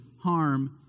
harm